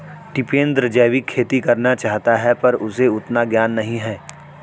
टिपेंद्र जैविक खेती करना चाहता है पर उसे उतना ज्ञान नही है